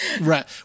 Right